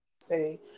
say